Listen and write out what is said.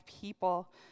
people